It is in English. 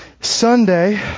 Sunday